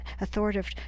authoritative